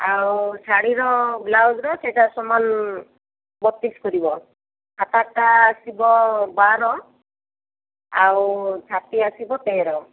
ଆଉ ଶାଢ଼ୀର ବ୍ଲାଉଜ୍ର ସେଇଟା ସମାନ ବତିଶ କରିବ ଆଉ ହାତ ଆସିବ ବାର ଆଉ ଛାତି ଆସିବ ତେର